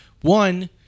One